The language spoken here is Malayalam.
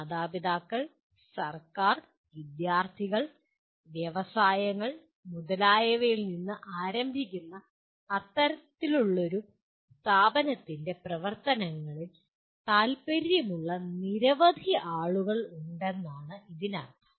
മാതാപിതാക്കൾ സർക്കാർ വിദ്യാർത്ഥികൾ വ്യവസായങ്ങൾ മുതലായവയിൽ നിന്ന് ആരംഭിക്കുന്ന അത്തരമൊരു സ്ഥാപനത്തിന്റെ പ്രവർത്തനങ്ങളിൽ താൽപ്പര്യമുള്ള നിരവധി ആളുകൾ ഉണ്ടെന്നാണ് ഇതിനർത്ഥം